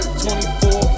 24